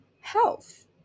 health